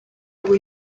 ubu